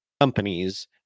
companies